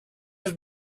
have